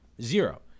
zero